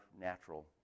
natural